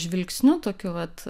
žvilgsniu tokiu vat